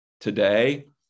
today